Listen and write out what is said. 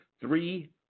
Three